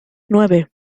nueve